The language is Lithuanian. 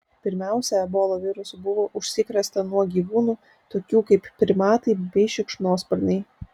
pirmiausia ebola virusu buvo užsikrėsta nuo gyvūnų tokių kaip primatai bei šikšnosparniai